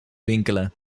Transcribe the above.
winkelen